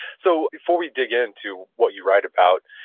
so, before we dig into what you write about,